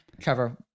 Trevor